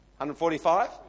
145